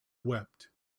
wept